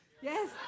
Yes